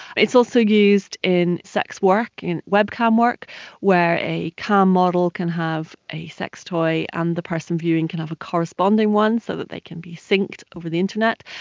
it's also used in sex work, in web cam work wear a cam model can had a sex toy and the person viewing can have a corresponding one so that they can be synced over the internet.